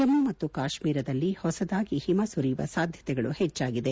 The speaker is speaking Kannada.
ಜಮ್ಮು ಮತ್ತು ಕಾಶ್ಮೀರದಲ್ಲಿ ಹೊಸದಾಗಿ ಹಿಮ ಸುರಿಯುವ ಸಾಧ್ಯತೆಗಳು ಹೆಚ್ಚಾಗಿದೆ